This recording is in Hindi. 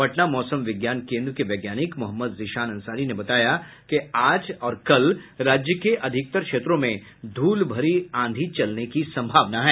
पटना मौसम विज्ञान केन्द्र के वैज्ञानिक मोहम्मद जीशान अंसारी ने बताया कि आज और कल राज्य के अधिकतर क्षेत्रों में धूलभरी आंधी चलने की सम्भावना है